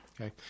okay